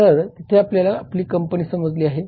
तर तिथे आपल्याला आपली कंपनी समजली आहे